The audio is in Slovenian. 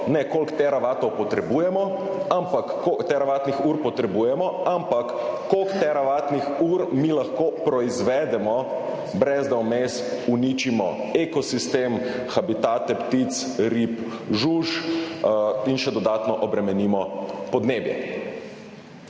ne, koliko teravatnih ur potrebujemo, ampak koliko teravatnih ur mi lahko proizvedemo, brez da vmes uničimo ekosistem, habitate ptic, rib, žuželk in še dodatno obremenimo podnebje.